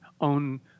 own